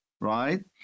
right